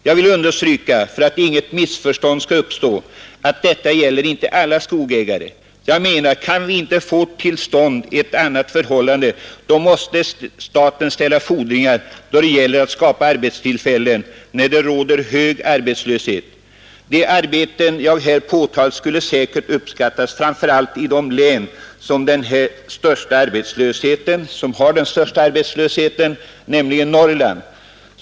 Jag vill understryka, för att inget missförstånd skall uppstå, att detta gäller inte alla skogsägare. Jag menar, att kan vi inte få till stånd ett annat förhållande måste staten ställa fordringar då det gäller att skapa arbetstillfällen när det råder hög arbetslöshet. De arbeten jag här talat om skulle säkert uppskattas framför allt i de län som har den största arbetslösheten, nämligen Norrlandslänen.